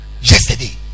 Yesterday